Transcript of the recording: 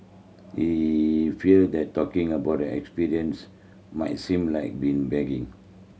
he feared that talking about the experience might seem like been bragging